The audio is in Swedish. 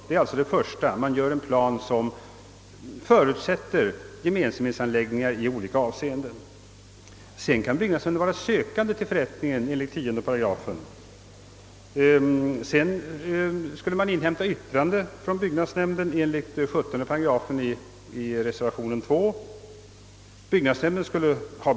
Man gör alltså först upp en plan som förutsätter vissa gemensamhetsanläggningar. Sedan kan byggnadsnämnden vara sökande till förrättningen enligt 10 §. Därefter skall yttrande inhämtas av byggnadsnämnden enligt 17 8 i reservation II.